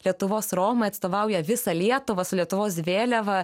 lietuvos romai atstovauja visą lietuvą su lietuvos vėliava